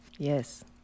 Yes